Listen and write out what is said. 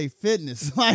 Fitness